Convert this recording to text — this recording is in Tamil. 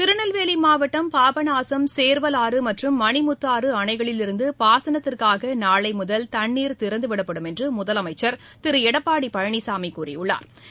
திருநெல்வேலி மாவட்டம் பாபநாசம் சேர்வலாறு மற்றும் மணிமுத்தாறு அணைகளிலிருந்து பாசனத்திற்காக நாளை முதல் தண்ணீா திறந்துவிடப்படும் என்று முதலமைச்சா் திரு எடப்பாடி பழனிசாமி கூறியுள்ளா்